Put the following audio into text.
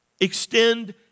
extend